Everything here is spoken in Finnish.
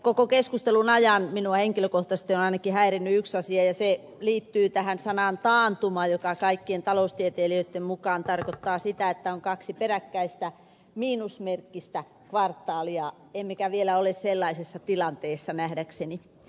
koko keskustelun ajan minua henkilökohtaisesti on ainakin häirinnyt yksi asia ja se liittyy sanaan taantuma joka kaikkien taloustieteilijöiden mukaan tarkoittaa sitä että on kaksi peräkkäistä miinusmerkkistä kvartaalia emmekä vielä ole sellaisessa tilanteessa nähdäkseni